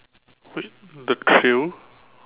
wait the thrill